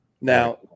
Now